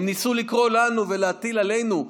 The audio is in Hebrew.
הן ניסו לקרוא לנו ולהטיל עלינו,